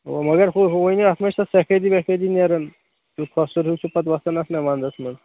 او مگر ہو ہو ؤنِو اتھ ما چھِ سفیدی وَفیدی نیران سُہ کھوٚسُر ہیٛوٗ چھُ پَتہٕ وۄتھان اَتھ وندَس مَنٛز